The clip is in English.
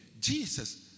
Jesus